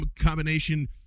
combination